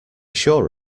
sure